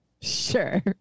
sure